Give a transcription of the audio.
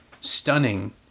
stunning